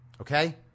okay